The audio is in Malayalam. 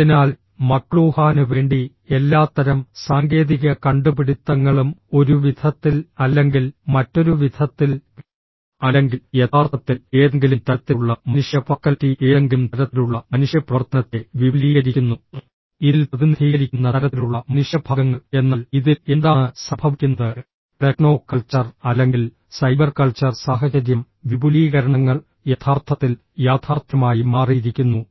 അതിനാൽ മക്ലൂഹാന് വേണ്ടി എല്ലാത്തരം സാങ്കേതിക കണ്ടുപിടിത്തങ്ങളും ഒരു വിധത്തിൽ അല്ലെങ്കിൽ മറ്റൊരു വിധത്തിൽ അല്ലെങ്കിൽ യഥാർത്ഥത്തിൽ ഏതെങ്കിലും തരത്തിലുള്ള മനുഷ്യ ഫാക്കൽറ്റി ഏതെങ്കിലും തരത്തിലുള്ള മനുഷ്യ പ്രവർത്തനത്തെ വിപുലീകരിക്കുന്നു ഇതിൽ പ്രതിനിധീകരിക്കുന്ന തരത്തിലുള്ള മനുഷ്യഭാഗങ്ങൾ എന്നാൽ ഇതിൽ എന്താണ് സംഭവിക്കുന്നത് ടെക്നോ കൾച്ചർ അല്ലെങ്കിൽ സൈബർ കൾച്ചർ സാഹചര്യം വിപുലീകരണങ്ങൾ യഥാർത്ഥത്തിൽ യാഥാർത്ഥ്യമായി മാറിയിരിക്കുന്നു